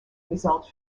results